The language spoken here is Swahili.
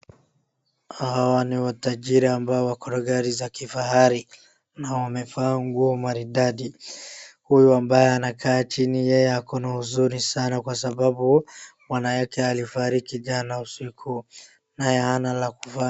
Hawa ni matajiri ambao wako na magari ya kifahari na wamevaa nguo maridadi, huyu anakaa chini yeye ako na huzuni sana kwa sababu bwana yake alifariki jana usiku na ye hana la kufanya.